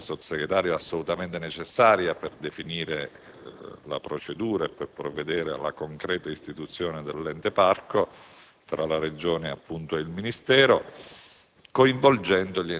che, come diceva il Sottosegretario, è assolutamente necessaria per definire la procedura e per provvedere alla concreta istituzione dell'ente Parco, coinvolgendo gli enti